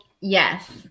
yes